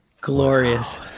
Glorious